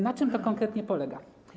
Na czym to konkretnie polega?